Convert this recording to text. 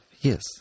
Yes